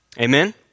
Amen